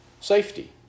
safety